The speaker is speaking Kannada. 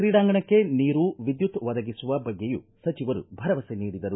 ಕ್ರೀಡಾಂಗಣಕ್ಕೆ ನೀರು ವಿದ್ಯುತ್ ಒದಗಿಸುವ ಬಗ್ಗೆಯೂ ಸಚಿವರು ಭರವಸೆ ನೀಡಿದರು